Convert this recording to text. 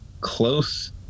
close